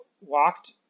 walked